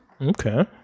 Okay